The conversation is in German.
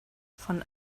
von